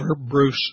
Bruce